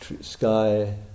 sky